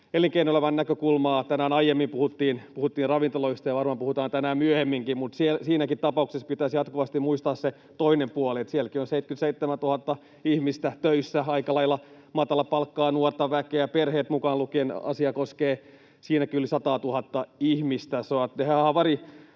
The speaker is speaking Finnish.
elinkeinoelämän näkökulmaa. Tänään aiemmin puhuttiin ravintoloista ja varmaan puhutaan tänään myöhemminkin, mutta siinäkin tapauksessa pitäisi jatkuvasti muistaa se toinen puoli, se, että sielläkin on 77 000 ihmistä töissä, aika lailla matalapalkkaista, nuorta väkeä. Perheet mukaan lukien asia koskee sielläkin yli sataatuhatta ihmistä.